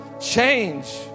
change